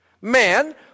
Man